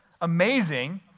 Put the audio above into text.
amazing